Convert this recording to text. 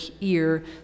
ear